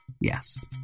Yes